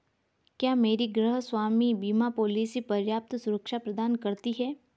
क्या मेरी गृहस्वामी बीमा पॉलिसी पर्याप्त सुरक्षा प्रदान करती है?